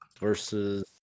versus